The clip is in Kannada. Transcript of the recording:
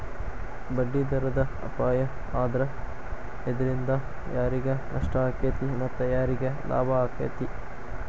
ಬಡ್ಡಿದರದ್ ಅಪಾಯಾ ಆದ್ರ ಇದ್ರಿಂದಾ ಯಾರಿಗ್ ನಷ್ಟಾಕ್ಕೇತಿ ಮತ್ತ ಯಾರಿಗ್ ಲಾಭಾಕ್ಕೇತಿ?